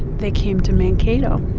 they came to mankato.